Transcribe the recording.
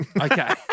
Okay